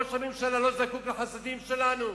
ראש הממשלה לא זקוק לחסדים שלנו.